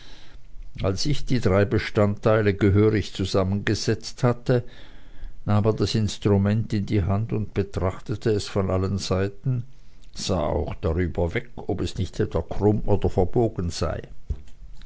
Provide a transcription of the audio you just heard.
als ich die drei bestandteile gehörig zusammengesetzt hatte nahm er das instrument in die hand und betrachtete es von allen seiten sah auch darüber weg ob es nicht etwa krumm oder verzogen sei